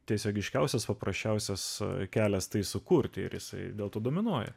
tiesiogiškiausias paprasčiausias kelias tai sukurti ir jisai dėl to dominuoja